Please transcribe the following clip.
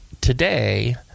today